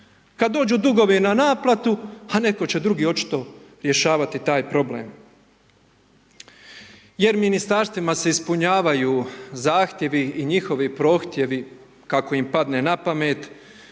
Kada dođu dugovi na naplatu, pa netko će drugi očito rješavati taj problem. Jer ministarstvima se ispunjavaju zahtjevi i njihovi prohtjevi, kako im padne napamet,